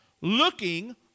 Looking